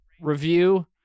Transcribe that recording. review